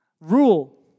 Rule